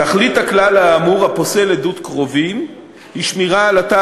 תכלית הכלל האמור הפוסל עדות קרובים היא שמירה על התא